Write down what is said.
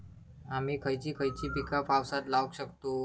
आम्ही खयची खयची पीका पावसात लावक शकतु?